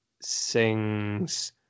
sings